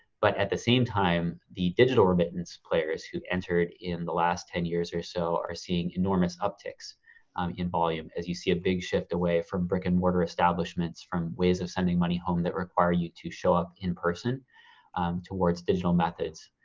but at the same time the digital remittance players who entered in the last ten years or so are seeing enormous uptakes um in volume. as you see a big shift away from brick and mortar establishments from ways of sending money home that require you to show up in person towards digital methods.